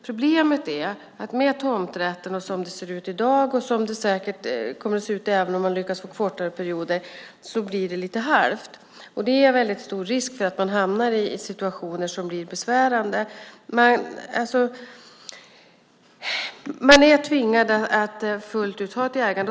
Problemet är att med tomträtten, som det ser ut i dag och som det säkert kommer att se ut även om man lyckas får kortare perioder, blir det lite halvt. Det är väldigt stor risk att man hamnar i situationer som blir besvärande.